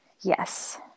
Yes